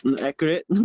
Accurate